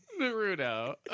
Naruto